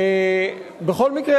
בכל מקרה,